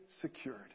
secured